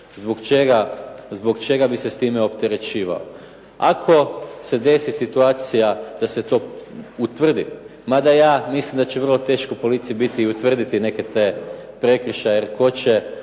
zbog čega bi se time opterećivao. Ako se desi situacija da se to utvrdi mada ja mislim da će vrlo teško policiji biti utvrditi neke te prekršaje jer tko će